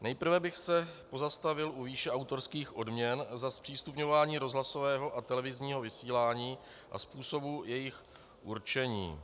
Nejprve bych se pozastavil u výše autorských odměn za zpřístupňování rozhlasového a televizního vysílání a způsobu jejich určení.